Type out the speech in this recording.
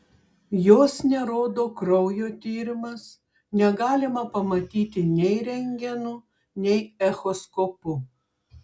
jos nerodo kraujo tyrimas negalima pamatyti nei rentgenu nei echoskopu